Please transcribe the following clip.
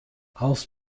aufs